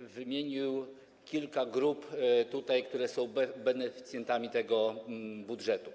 wymienił kilka grup tutaj, które są beneficjentami tego budżetu.